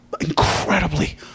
incredibly